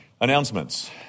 announcements